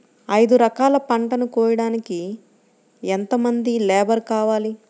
ఐదు ఎకరాల పంటను కోయడానికి యెంత మంది లేబరు కావాలి?